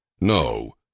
No